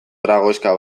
tragoxka